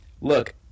look